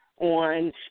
on